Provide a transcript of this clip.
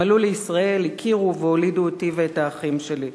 הם עלו לישראל, הכירו והולידו אותי ואת האחים שלי.